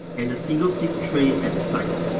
and a single sim tray at the side.